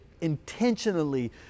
intentionally